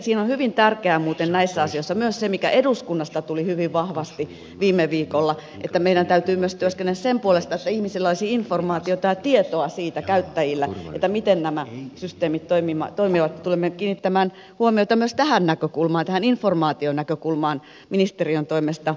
näissä asioissa on muuten hyvin tärkeää myös se mikä eduskunnassa tuli hyvin vahvasti viime viikolla esille että meidän täytyy työskennellä myös sen puolesta että ihmisillä ja käyttäjillä olisi informaatiota ja tietoa siitä miten nämä systeemit toimivat ja tulemme kiinnittämään vahvaa huomiota jatkossa myös tähän informaationäkökulmaan ministeriön toimesta